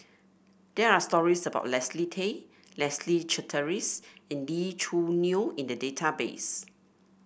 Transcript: there are stories about Leslie Tay Leslie Charteris and Lee Choo Neo in the database